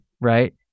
right